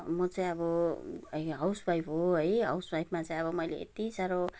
म चाहिँ अब हाउस वाइफ हो है हाउस वाइफमा चाहिँ अब मैले यति साह्रो